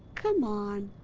c'mon!